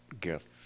gift